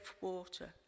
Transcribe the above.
water